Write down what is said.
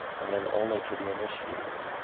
and then only to the initiated.